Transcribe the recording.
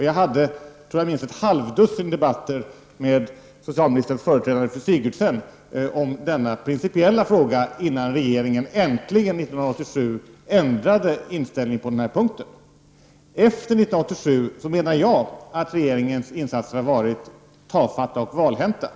Jag tror att vi hade minst ett halvdussin debatter med socialministerns företrädare fru Sigurdsen om denna principiella fråga innan regeringen äntligen år 1987 ändrade inställning på den här punkten. Efter 1987 menar jag att regeringens insatser har varit tafatta och valhänta.